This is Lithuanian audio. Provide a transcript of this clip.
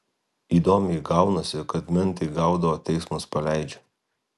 įdomiai gaunasi kad mentai gaudo teismas paleidžia